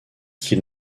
qu’il